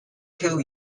two